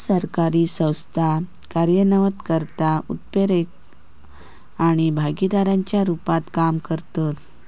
असरकारी संस्था कार्यान्वयनकर्ता, उत्प्रेरक आणि भागीदाराच्या रुपात काम करतत